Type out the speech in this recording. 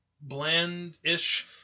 bland-ish